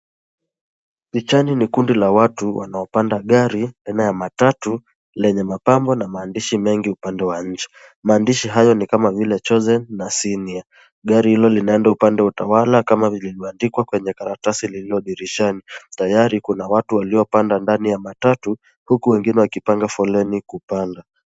Pichani ni kundi la watu wanaopanda gari aina ya matatu lenye mapambo na maandishi mengi upande wa nje. Maandishi hayo ni kama vile chosen na senior . Gari hilo linaenda upande wa Utawala kama ilivyoandikwa kwenye karatasi lililo dirishani. Tayari kuna watu waliopanda ndani ya matatu huku wengine wakipanga foleni kupanda.